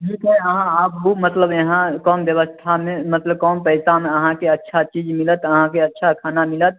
ठीक हइ अहाँ आबू मतलब यहाँ कम व्यवस्थामे मतलब कम पैसामे अहाँके अच्छा चीज मिलत अहाँके अच्छा खाना मिलत